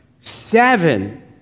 seven